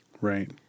right